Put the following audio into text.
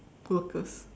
wokers